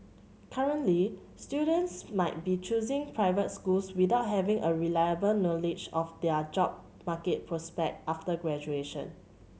currently students might be choosing private schools without having a reliable knowledge of their job market prospect after graduation